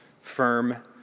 firm